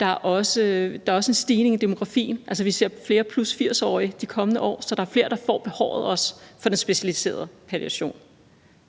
Der er også en stigning i demografien. Altså, vi ser flere 80+-årige de kommende år, så der er flere, der får behovet for den specialiserede palliation.